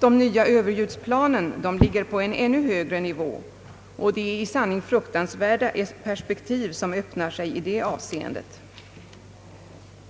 De nya överljudsplanen ligger på en ännu högre nivå, och det är i sanning fruktansvärda perspektiv som öppnar sig i det avseendet.